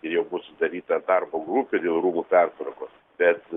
ir jau buvo sudaryta darbo grupė dėl rūmų pertvarkos bet